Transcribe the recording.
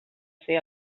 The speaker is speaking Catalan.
fer